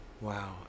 wow